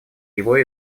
его